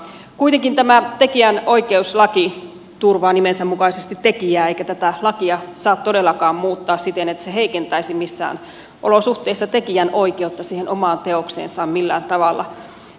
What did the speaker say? kuitenkin tämä tekijänoikeuslaki turvaa nimensä mukaisesti tekijää eikä tätä lakia saa todellakaan muuttaa siten että se heikentäisi missään olosuhteissa tekijän oikeutta siihen omaan teokseensa millään tavalla